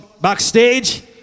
backstage